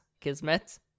kismet